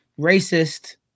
racist